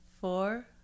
four